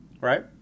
Right